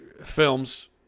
films